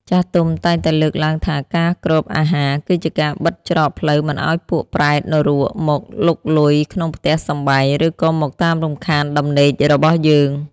ចាស់ទុំតែងតែលើកឡើងថាការគ្របអាហារ គឺជាការបិទច្រកផ្លូវមិនឱ្យពួកប្រេតនរកមកលុកលុយក្នុងផ្ទះសម្បែង ឬក៏មកតាមរំខានដំណេករបស់យើង។